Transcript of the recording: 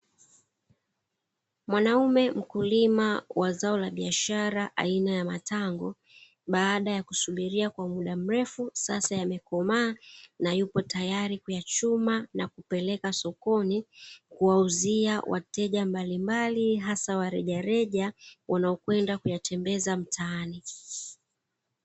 Mwanaume mkulima wa zao la biashara aina ya matango, baada ya kusubiria kwa mda mrefu sasa yamekomaa naa yupo tayari kuyachumaa na kupeleka sokoni kuwauzia wateja mbalimbali hasa wa rejareja, wanaokwenda kuyatembeza mtaani.